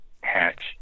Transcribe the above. hatch